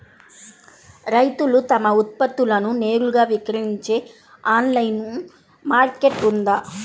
రైతులు తమ ఉత్పత్తులను నేరుగా విక్రయించే ఆన్లైను మార్కెట్ ఉందా?